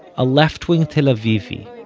a left-wing tel avivi,